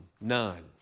None